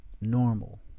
normal